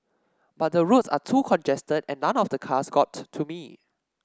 but the roads are too congested and none of the cars got to me